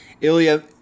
Ilya